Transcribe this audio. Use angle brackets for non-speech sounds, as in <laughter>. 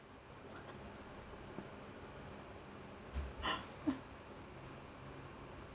<laughs>